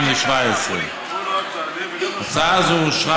התשע"ח 2017. הצעה זו אושרה,